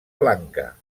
blanca